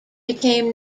became